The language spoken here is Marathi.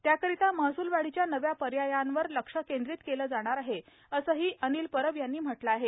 त्याकरता महसूलवाढीच्या नव्या पर्यायांवर लक्ष केंद्रित केलं जाणार आहे असंही अनिल परब यांनी म्हटलं आहे